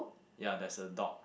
ya there's a dog